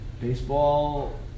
Baseball